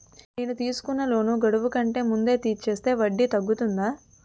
నేను తీసుకున్న లోన్ గడువు కంటే ముందే తీర్చేస్తే వడ్డీ తగ్గుతుందా?